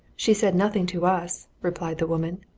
she said nothing to us, replied the woman.